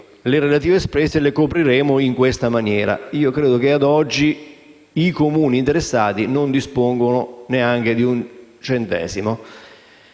le relative spese le copriremo in questa maniera. Ad oggi i Comuni interessati non dispongono neanche di un centesimo.